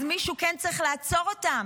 אז מישהו כן צריך לעצור אותם.